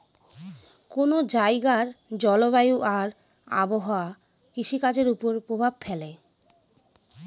কোন জায়গার জলবায়ু আর আবহাওয়া কৃষিকাজের উপর প্রভাব ফেলে